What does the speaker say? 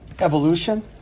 evolution